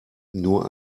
nur